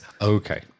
Okay